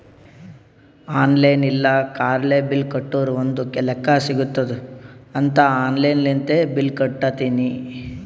online ಇಲ್ಲ ಕಾರ್ಡ್ಲೆ bill ಕಟ್ಟುರ್ ಒಂದ್ ಲೆಕ್ಕಾ ಸಿಗತ್ತುದ್ ಅಂತ್ ಆನ್ಲೈನ್ ಲಿಂತೆ ಬಿಲ್ ಕಟ್ಟತ್ತಿನಿ